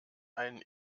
einen